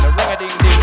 ring-a-ding-ding